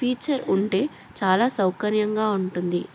feature ఉంటే చాలా సౌకర్యంగా ఉంటుంది